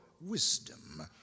wisdom